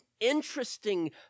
interesting